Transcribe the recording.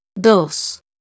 Dos